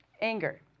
anger